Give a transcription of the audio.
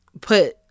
put